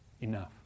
Enough